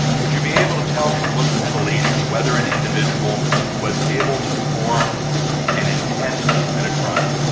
would you be able to tell from looking at a lesion whether an individual was able to form an intent to commit a crime?